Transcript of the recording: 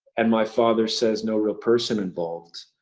and my father says, no real person involved,